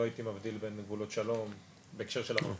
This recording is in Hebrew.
לא הייתי מבדיל בין גבולות שלום בהקשר של הברחות